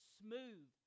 smooth